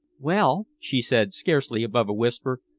well, she said, scarcely above a whisper,